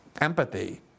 empathy